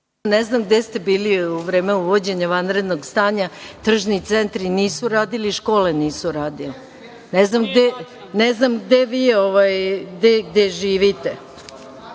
ne znam gde ste bili u vreme uvođenja vanrednog stanja, tržni centri nisu radili, škole nisu radile. Ne znam gde vi živite.